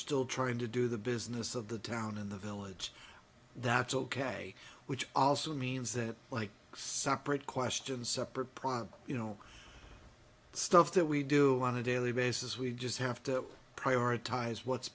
still trying to do the business of the town in the village that's ok which also means that like separate question separate process you know stuff that we do on a daily basis we just have to prioritize what's